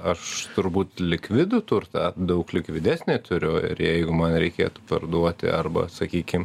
aš turbūt likvidų turtą daug likvidesnį turiu ir jeigu man reikėtų parduoti arba sakykim